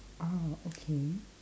oh okay